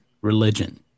religion